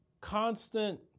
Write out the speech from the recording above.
constant